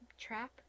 trap